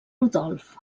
rodolf